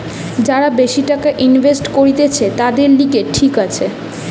যারা বেশি টাকা ইনভেস্ট করতিছে, তাদের লিগে ঠিক আছে